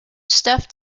stuff